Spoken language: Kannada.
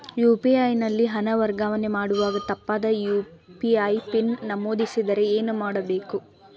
ಯು.ಪಿ.ಐ ನಲ್ಲಿ ಹಣ ವರ್ಗಾವಣೆ ಮಾಡುವಾಗ ತಪ್ಪಾದ ಯು.ಪಿ.ಐ ಪಿನ್ ನಮೂದಿಸಿದರೆ ಏನು ಮಾಡಬೇಕು?